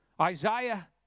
Isaiah